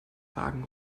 wagen